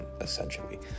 essentially